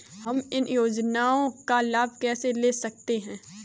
हम इन योजनाओं का लाभ कैसे ले सकते हैं?